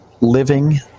living